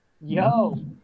Yo